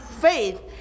faith